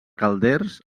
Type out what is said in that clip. calders